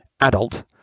adult